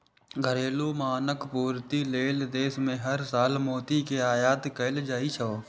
घरेलू मांगक पूर्ति लेल देश मे हर साल मोती के आयात कैल जाइ छै